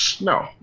no